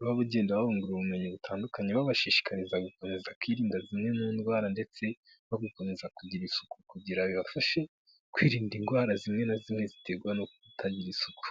baba bagenda babungura ubumenyi butandukanye, babashishikariza gukomeza kwirinda zimwe mu ndwara ndetse no gukomeza kugira isuku kugira bibafashe kwirinda indwara zimwe na zimwe ziterwa no kutagira isuku.